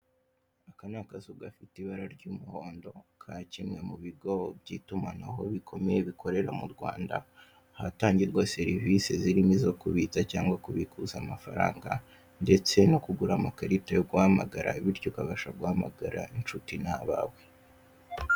Aka ni akazu gafite ibara ry'umuhondo, ka kimwe mu bigo by'itunamaho bikomeye bikorera mu Rwanda, ahatangirwa serivise zirimo izo kubitsa cyangwa kubikuza amafaranga, ndetse no kugura amakarita yo guhamagara, bityo ukabasha guhamagara incuti n'abawe.